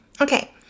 Okay